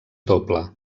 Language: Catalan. doble